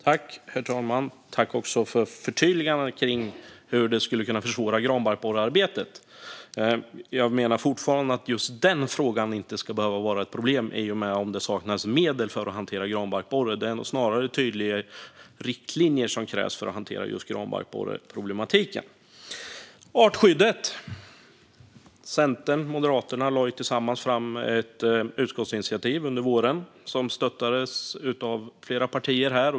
Herr talman! Jag tackar för förtydligandet om hur detta skulle kunna försvåra granbarkborrearbetet. Jag menar fortfarande att just frågan om granbarkborren inte ska behöva vara ett problem för att det saknas medel. Det är nog snarare tydliga riktlinjer som krävs för att hantera granbarkborreproblematiken. När det gäller artskyddet lade Centern och Moderaterna under våren tillsammans fram ett utskottsinitiativ som stöttades av flera partier.